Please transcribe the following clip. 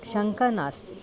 शङ्का नास्ति